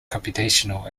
computational